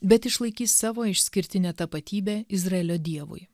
bet išlaikys savo išskirtinę tapatybę izraelio dievui